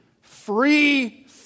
free